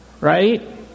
Right